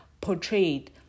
portrayed